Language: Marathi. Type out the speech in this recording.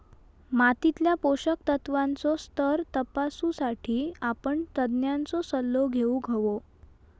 मातीतल्या पोषक तत्त्वांचो स्तर तपासुसाठी आपण तज्ञांचो सल्लो घेउक हवो